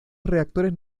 reactores